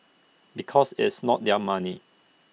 because it's not their money